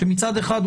שמצד אחד,